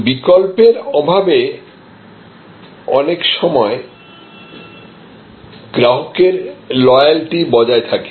বিকল্পের অভাবে অনেক সময় গ্রাহকের লয়াল্টি বজায় থাকে